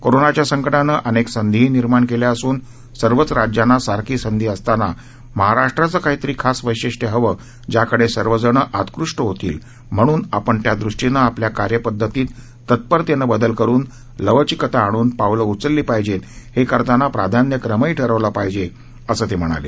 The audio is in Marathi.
कोरोनाच्या संकटानं अनेक संधीही निर्माण केल्या असून सर्वच राज्यांना सारखी संधी असताना महाराष्ट्राचं काहीतरी खास वैशिष्ट्य हवं ज्याकडे सर्वजण आकृष्ट होतील म्हणून आपण त्या दृष्टीनं आपल्या कार्य पद्धतीत तत्परतेनं बदल करून लवचिकता आणून पावलं उचलली पाहिजेत हे करतांना प्राधान्यक्रमही ठरवला पाहिजे असं ते म्हणाले